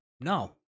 No